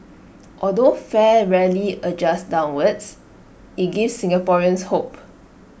although fare rarely adjusts downwards IT gives Singaporeans hope